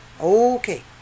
Okay